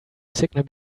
signal